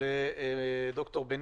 לד"ר בנישתי.